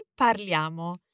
parliamo